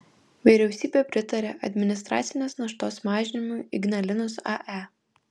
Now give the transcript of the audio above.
vyriausybė pritarė administracinės naštos mažinimui ignalinos ae